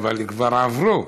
אבל הם כבר עברו.